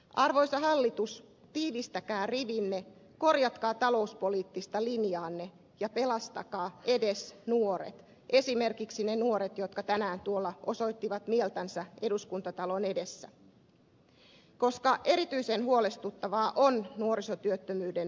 arvoisa hallitus tiivistäkää rivinne korjatkaa talouspoliittista linjaanne ja pelastakaa edes nuoret esimerkiksi ne nuoret jotka tänään tuolla osoittivat mieltänsä eduskuntatalon edessä koska erityisen huolestuttavaa on nuorisotyöttömyyden nousu